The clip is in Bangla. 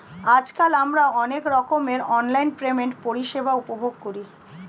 আজকাল আমরা অনেক রকমের অনলাইন পেমেন্ট পরিষেবা উপভোগ করি